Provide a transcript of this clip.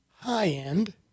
high-end